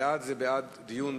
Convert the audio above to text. בעד זה בעד דיון